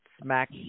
smack